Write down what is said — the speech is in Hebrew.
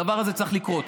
הדבר הזה צריך לקרות.